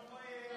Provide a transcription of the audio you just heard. תשתה מים,